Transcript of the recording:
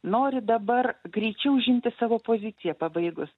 nori dabar greičiau užimti savo poziciją pabaigus